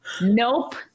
Nope